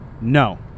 No